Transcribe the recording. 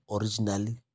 originally